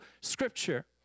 scripture